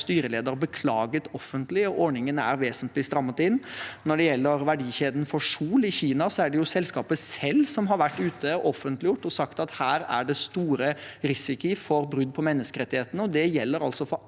styreleder beklaget offentlig, og ordningen er vesentlig strammet inn. Når det gjelder verdikjeden for sol i Kina, er det selskapet selv som har vært ute offentlig og sagt at det her er stor risiko for brudd på menneskerettighetene. Det gjelder for